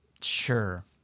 Sure